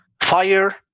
fire